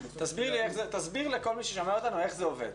כי בסוף --- תסביר לכל מי ששומע אותנו איך זה עובד.